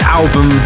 album